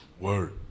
Word